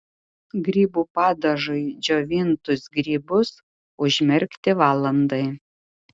grybų padažui džiovintus grybus užmerkti valandai